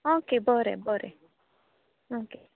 okay बरें बरें okay